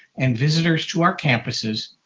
and visitors to our campuses,